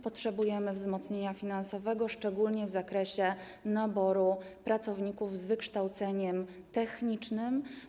Potrzebujemy wzmocnienia finansowego, szczególnie w zakresie naboru pracowników z wykształceniem technicznym.